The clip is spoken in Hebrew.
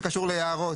שקשור ליערות,